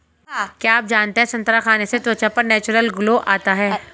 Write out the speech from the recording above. क्या आप जानते है संतरा खाने से त्वचा पर नेचुरल ग्लो आता है?